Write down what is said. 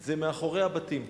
זה מאחורי הבתים.